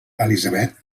elizabeth